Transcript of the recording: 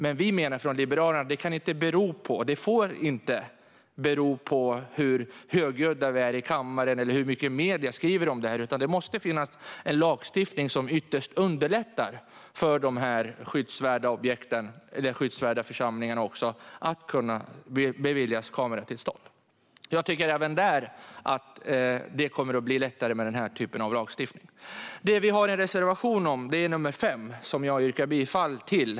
Men vi från Liberalerna menar att detta inte får vara beroende av hur högljudda vi är i kammaren eller hur mycket medierna skriver om saken. Det måste finnas en lagstiftning som ytterst underlättar för de skyddsvärda församlingarna att beviljas kameratillstånd. Även där kommer det att bli lättare med den här typen av lagstiftning. Vi har en reservation, nr 5, som jag yrkar bifall till.